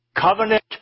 Covenant